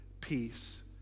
peace